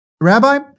Rabbi